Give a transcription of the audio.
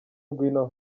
ngwino